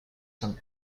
some